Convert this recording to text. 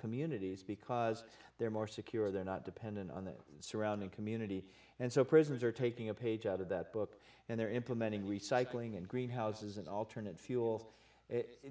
communities because they're more secure they're not dependent on the surrounding community and so prisons are taking a page out of that book and they're implementing recycling and greenhouses and alternate fuels